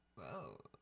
Whoa